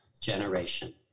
generation